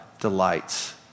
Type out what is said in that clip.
delights